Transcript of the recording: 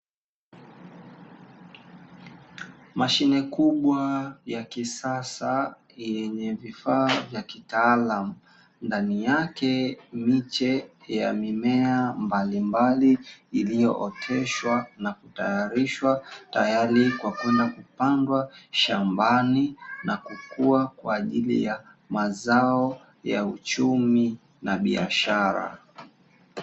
Mashine kubwa ya kisasa yenye vifaa vya kitaalamu ndani yake miche ya mimea mbalimbali iliyooteshwa na kutayarishwa tayari kwa kupandwa shambani na kukuwa kwajili ya mazao ya uchumi na biashara.